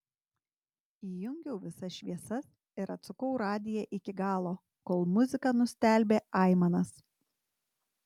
įjungiau visas šviesas ir atsukau radiją iki galo kol muzika nustelbė aimanas